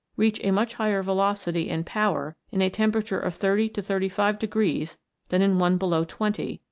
reach a much higher velocity and power in a temperature of thirty to thirty five degrees than in one below twenty,